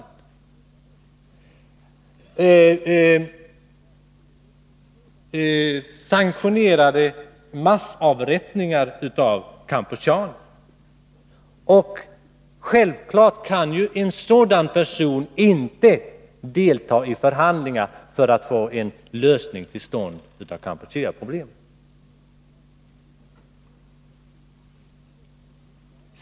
Han sanktionerade massavrättningar av kambodjaner. Självfallet kan en sådan person inte delta i förhandlingar för att få till stånd en lösning av Kampucheaproblemet.